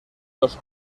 los